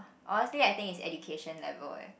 honestly I think it's education level eh